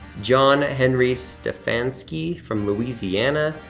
john henry stefanski from louisiana,